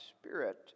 spirit